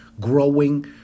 growing